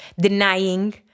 denying